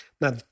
Now